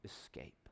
escape